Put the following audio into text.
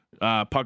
puck